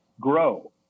grow